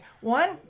One